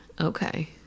okay